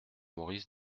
maurice